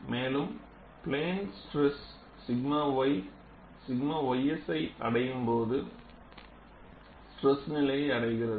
மேலும் பிளேன் ஸ்ட்ரெஸில் 𝛔 y 𝛔 ys ஐ அடையும் போது ஸ்ட்ரெஸ் நிலை அடைகிறது